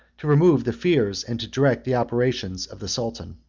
to remove the fears, and to direct the operations, of the sultan.